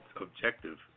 objective